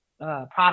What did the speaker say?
product